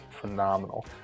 phenomenal